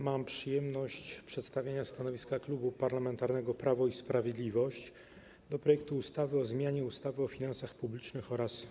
Mam przyjemność przedstawić stanowisko Klubu Parlamentarnego Prawo i Sprawiedliwość wobec projektu ustawy o zmianie ustawy o finansach publicznych oraz